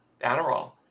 Adderall